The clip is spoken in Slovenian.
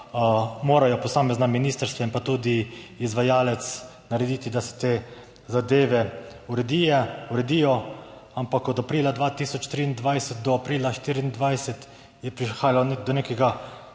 morajo posamezna ministrstva in tudi izvajalec narediti, da se te zadeve uredijo. Od aprila 2023 do aprila 2024 je prihajalo do nekega